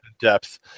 depth